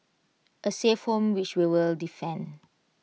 A safe home which we will defend